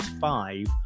five